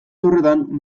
horretan